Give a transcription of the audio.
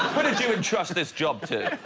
you entrust this job to